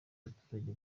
baturage